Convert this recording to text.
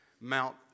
Mount